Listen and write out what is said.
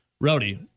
Rowdy